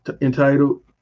entitled